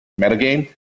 metagame